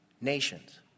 nations